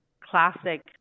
classic